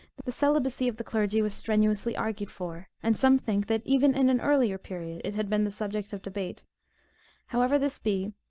but the celibacy of the clergy was strenuously argued for, and some think that even in an earlier period it had been the subject of debate however this be,